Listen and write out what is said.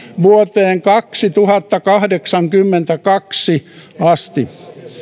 vuoteen kaksituhattakahdeksankymmentäkaksi asti